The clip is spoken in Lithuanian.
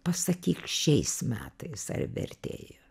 pasakyk šiais metais ar vertėjo